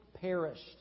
perished